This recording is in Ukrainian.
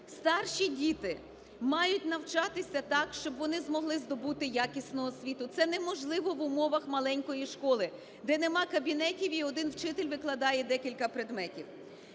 старші діти мають навчатися так, щоб вони змогли здобути якісну освіту. Це неможливо в умовах маленької школи, де нема кабінетів, і один вчитель викладає декілька предметів.